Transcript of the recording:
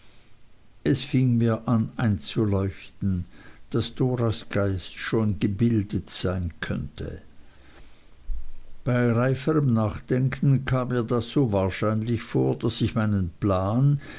es fing mir an einzuleuchten daß doras geist schon gebildet sein könnte bei reiferem nachdenken kam mir das so wahrscheinlich vor daß ich meinen plan